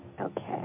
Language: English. Okay